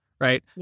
Right